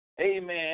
amen